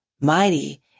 Mighty